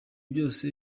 byose